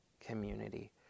community